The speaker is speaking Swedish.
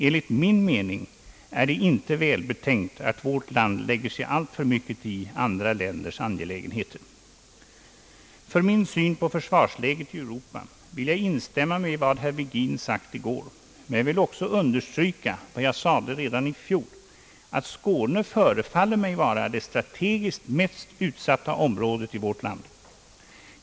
Enligt min mening är det inte välbetänkt att vårt land lägger sig alltför mycket i andra länders angelägenheter. För min syn på försvarsläget i Europa vill jag instämma i vad herr Virgin sade i går, men jag vill också understryka vad jag sade redan i fjol, nämligen att Skåne förefaller mig vara det strategiskt mest utsatta området i vårt land.